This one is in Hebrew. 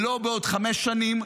לא בעוד חמש שנים,